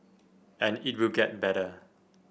and it will get better